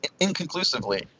inconclusively